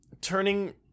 Turning